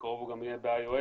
בקרוב הוא יהיה גם ב-IOS,